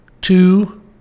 two